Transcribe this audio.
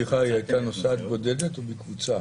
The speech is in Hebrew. היא הייתה נוסעת בודדת או בקבוצה?